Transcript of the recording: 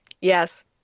Yes